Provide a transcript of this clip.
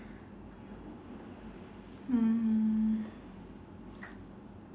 hmm